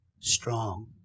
Strong